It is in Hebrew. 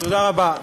תודה רבה.